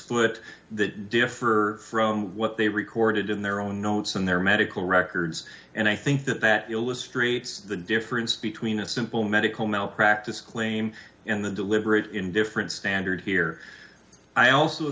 foot that differ from what they recorded in their own notes and their medical records and i think that that illustrates the difference between a simple medical malpractise claim and the deliberate indifference standard here i also